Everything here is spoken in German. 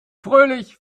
fröhlich